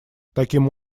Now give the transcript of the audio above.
таким